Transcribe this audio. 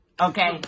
okay